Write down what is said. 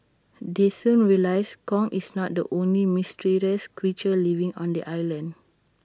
they soon realise Kong is not the only mysterious creature living on the island